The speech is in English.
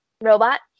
robot